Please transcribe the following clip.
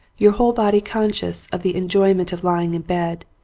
your whole body conscious of the enjoyment of lying in bed,